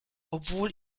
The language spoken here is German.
obwohl